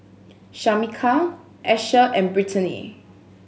Shameka Asher and Brittany